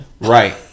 Right